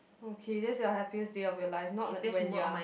okay that's your happiest day of your life not like when you are